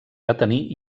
detenir